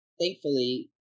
thankfully